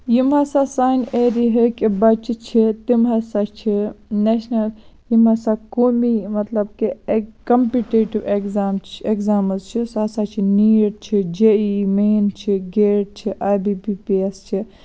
یِم ہَسا سانہِ ایریِا ہٕکۍ بَچہِ چھِ تِم ہَسا چھِ نیشنَل یِم ہَسا قومی مَطلَب کہِ اَکہِ کَمپِٹِیٹِو ایٚکزام چھِ ایٚکزامز چھِ سُہ ہَسا چھِ نیٖٹ چھِ جے ای ای مین چھ گیٹ چھ I B P P S چھ